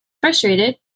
frustrated